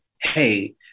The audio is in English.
hey